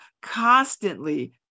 constantly